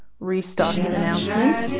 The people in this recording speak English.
restocking announcement.